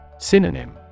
Synonym